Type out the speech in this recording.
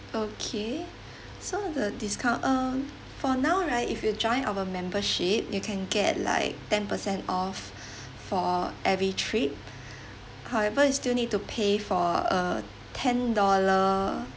okay so the discount um for now right if you join our membership you can get like ten percent off for every trip however you still need to pay for uh ten dollar